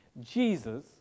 Jesus